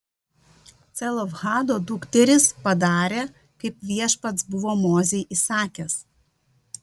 celofhado dukterys padarė kaip viešpats buvo mozei įsakęs